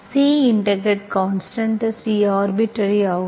C integrated constant C arbitrary ஆகும்